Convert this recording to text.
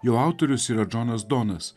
jo autorius yra džonas donas